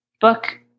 book